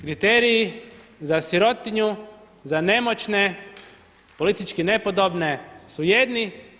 Kriteriji, za sirotinju, za nemoćne, politički nepodobne su jedni.